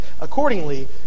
accordingly